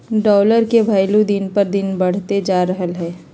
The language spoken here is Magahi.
डॉलर के भइलु दिन पर दिन बढ़इते जा रहलई ह